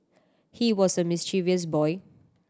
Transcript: he was a mischievous boy